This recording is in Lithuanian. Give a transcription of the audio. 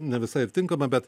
nevisai ir tinkama bet